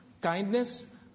kindness